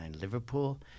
Liverpool